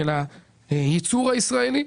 של הייצור הישראלי.